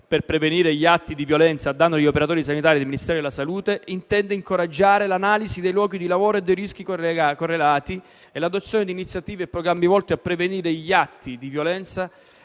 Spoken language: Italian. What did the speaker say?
per prevenire gli atti di violenza a danno degli operatori sanitari del Ministero della salute intende incoraggiare l'analisi dei luoghi di lavoro e dei rischi correlati, l'adozione di iniziative e programmi volti a prevenire gli atti di violenza